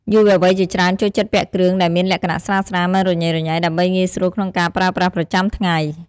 យុវវ័យជាច្រើនចូលចិត្តពាក់គ្រឿងដែលមានលក្ខណៈស្រាលៗ មិនរញ៉េរញ៉ៃ ដើម្បីងាយស្រួលក្នុងការប្រើប្រាស់ប្រចាំថ្ងៃ។